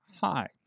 hi